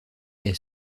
est